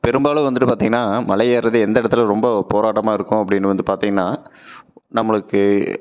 பெரும்பாலும் வந்துட்டு பார்த்திங்கன்னா மலை ஏறுவது எந்த இடத்துல ரொம்ப போராட்டமாக இருக்கும் அப்படின்னு வந்து பார்த்திங்கன்னா நம்மளுக்கு